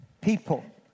people